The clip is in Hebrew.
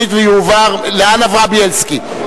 התשס"ט 2009,